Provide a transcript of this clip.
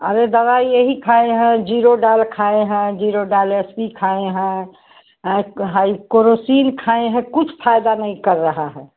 अरे दवा यही खाई हैं जीरोडाल खाए हैं जीरोडालें एस पी खाए हैं हाई क्रोसीन खाए है कुछ फ़ायदा नहीं कर रहा है